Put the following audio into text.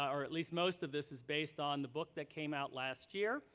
um or at least most of this is based on the book that came out last year.